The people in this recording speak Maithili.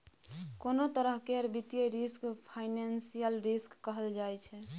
कोनों तरह केर वित्तीय रिस्क फाइनेंशियल रिस्क कहल जाइ छै